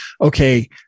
Okay